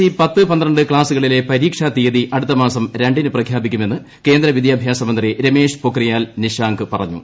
E പത്ത് പന്ത്രണ്ട് ക്ലാസുകളിലെ പരീക്ഷാ തീയതി അടുത്തമാസം രണ്ടിന് പ്രഖ്യാപിക്കുമെന്ന് കേന്ദ്ര വിദ്യാഭ്യാസ മന്ത്രി രമേഷ് പൊക്രിയാൽ നിഷാങ്ക് പറഞ്ഞു